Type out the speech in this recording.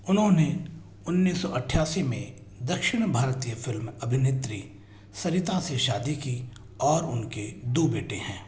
उन्होंने उन्नीस सौ अठ्ठासी में दक्षिण भारतीय फिल्म अभिनेत्री सरिता से शादी की और उनके दो बेटे हैं